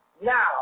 now